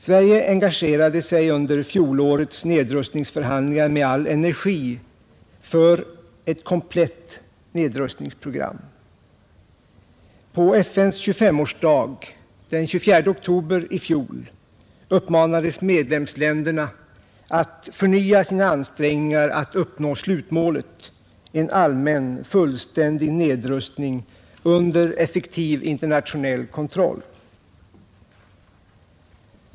Sverige engagerade sig under fjolårets nedrustningsförhandlingar med all energi för ett komplett nedrustningsprogram. På FN:s 25S-årsdag den 24 oktober i fjol uppmanades medlemsländerna att förnya sina ansträngningar att uppnå slutmålet: en allmän fullständig nedrustning under effektiv internationell kontroll.